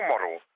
model